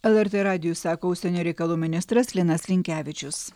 lrt radijui sako užsienio reikalų ministras linas linkevičius